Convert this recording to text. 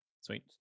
Sweet